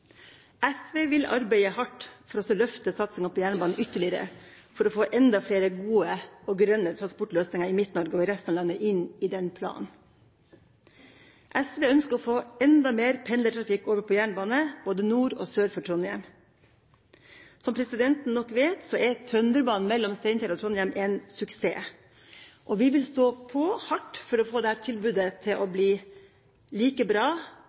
SV vil arbeide hardt for å løfte satsinga på jernbane ytterligere, for å få enda flere gode og grønne transportløsninger i Midt-Norge og i resten av landet inn i den planen. SV ønsker å få enda mer pendlertrafikk over på jernbane både nord og sør for Trondheim. Som presidenten nok vet, er Trønderbanen mellom Steinkjer og Trondheim en suksess, og vi vil stå på hardt for å få dette tilbudet til å bli like bra